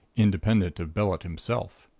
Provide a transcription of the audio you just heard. independent of bellett himself.